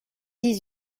dix